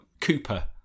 Cooper